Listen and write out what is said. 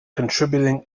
contributing